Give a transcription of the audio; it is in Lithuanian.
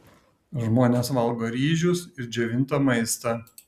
žmonės valgo ryžius ir džiovintą maistą